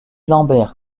lambert